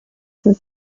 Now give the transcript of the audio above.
for